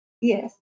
Yes